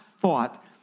thought